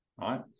right